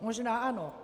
Možná ano.